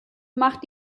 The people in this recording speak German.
macht